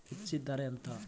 మిర్చి ధర ఎంత?